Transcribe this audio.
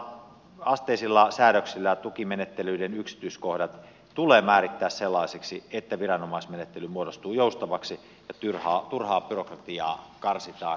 näillä alempiasteisilla säädöksillä tukimenettelyiden yksityiskohdat tulee määrittää sellaisiksi että viranomaismenettely muodostuu joustavaksi ja turhaa byrokratiaa karsitaan